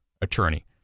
attorney